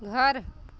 घर